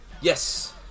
Yes